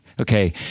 okay